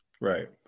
Right